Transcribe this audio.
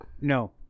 No